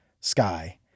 sky